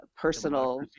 personal